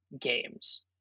games